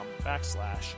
backslash